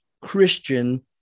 Christian